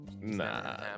nah